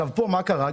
מה קרה פה?